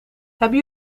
hebben